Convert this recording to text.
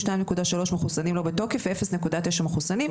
2.3 מחוסנים לא בתוקף ו-0.9 מחוסנים.